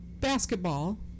basketball